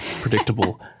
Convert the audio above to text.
predictable